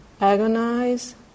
agonize